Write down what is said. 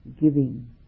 giving